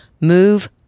move